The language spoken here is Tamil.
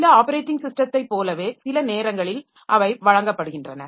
சில ஆப்பரேட்டிங் ஸிஸ்டத்தை போலவே சில நேரங்களில் அவை வழங்கப்படுகின்றன